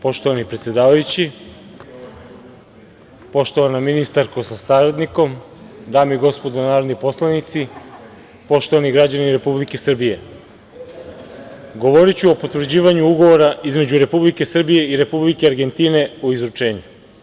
Poštovani predsedavajući, poštovana ministarko sa saradnikom, dame i gospodo narodni poslanici, poštovani građani Republike Srbije, govoriću o potvrđivanju ugovora između Republike Srbije i Republike Argentine, o izručenju.